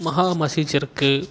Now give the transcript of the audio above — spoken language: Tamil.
மஹா மஸீஜ் இருக்குது